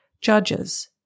Judges